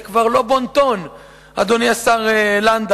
זה כבר לא בון-טון, אדוני השר לנדאו.